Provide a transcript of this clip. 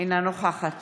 אינה נוכחת